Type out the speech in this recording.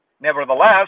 Nevertheless